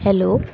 hello